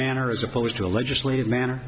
manner as opposed to a legislative manner